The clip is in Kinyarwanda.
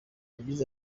yagize